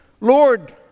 Lord